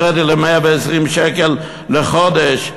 לרדת ל-120 שקל לחודש,